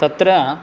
तत्र